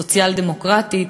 הסוציאל-דמוקרטית.